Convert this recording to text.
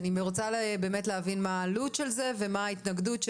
אני רוצה להבין מה העלות של זה ומה ההתנגדות.